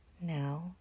Now